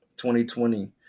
2020